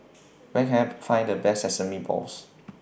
Where Can I Find The Best Sesame Balls